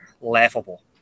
Laughable